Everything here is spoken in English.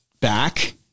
back